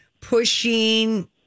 pushing